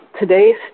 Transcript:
today's